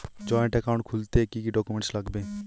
Joint account খুলতে কি কি ডকুমেন্টস লাগবে?